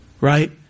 Right